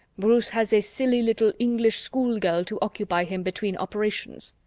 bruce has a silly little english schoolgirl to occupy him between operations?